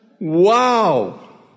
Wow